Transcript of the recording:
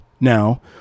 Now